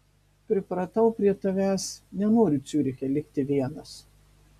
pripratau prie tavęs nenoriu ciuriche likti vienas